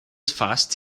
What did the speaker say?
fast